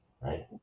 right